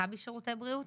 מכבי שירותי בריאות